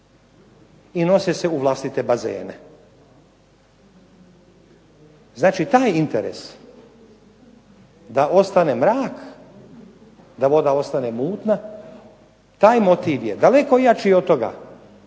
i nose se u vlastite bazene. Znači taj interes da ostane mrak, da voda ostane mutna, taj motiv je daleko jači od toga